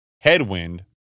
headwind